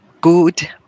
good